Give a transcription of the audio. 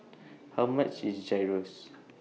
How much IS Gyros